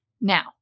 Now